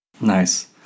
Nice